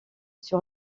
sur